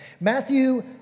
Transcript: Matthew